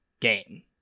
game